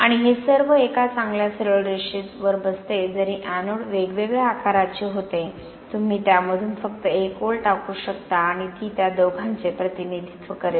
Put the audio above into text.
आणि हे सर्व एका चांगल्या सरळ रेषेवर बसते जरी एनोड वेगवेगळ्या आकाराचे होते तुम्ही त्यामधून फक्त एक ओळ टाकू शकता आणि ती त्या दोघांचे प्रतिनिधित्व करेल